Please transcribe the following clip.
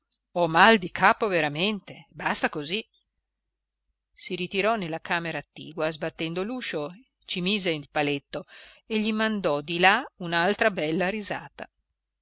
ho mal di capo veramente e basta così si ritirò nella camera attigua sbattendo l'uscio ci mise il paletto e gli mandò di là un'altra bella risata